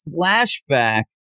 flashback